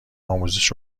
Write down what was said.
آموزش